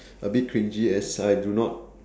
a bit cringy as I do not